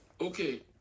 Okay